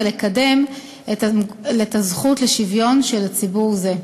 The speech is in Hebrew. ולקדם את הזכות לשוויון של ציבור זה.